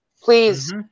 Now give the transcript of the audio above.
Please